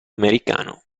americano